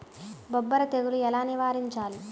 బొబ్బర తెగులు ఎలా నివారించాలి?